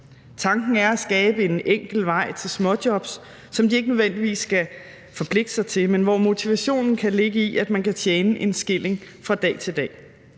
Tanken er at skabe en enkel vej til småjobs, som de ikke nødvendigvis skal forpligte sig til, men hvor motivationen kan ligge i, at man kan tjene en skilling fra dag til dag.